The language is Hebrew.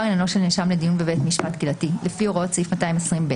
עניינו של נאשם לדיון בבית משפט קהילתי לפי הוראות סעיף 220ב,